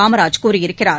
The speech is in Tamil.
காமராஜ் கூறியிருக்கிறார்